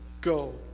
go